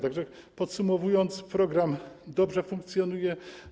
Także podsumowując: program dobrze funkcjonuje.